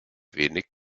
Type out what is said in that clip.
wenig